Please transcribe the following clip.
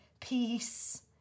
peace